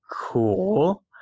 cool